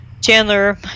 Chandler